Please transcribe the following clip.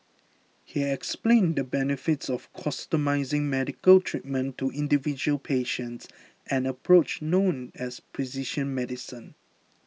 he explained the benefits of customising medical treatment to individual patients an approach known as precision medicine